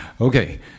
Okay